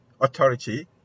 authority